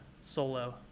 solo